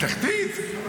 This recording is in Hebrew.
תחתית?